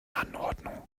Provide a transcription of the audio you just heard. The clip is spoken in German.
anordnungen